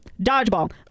Dodgeball